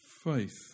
faith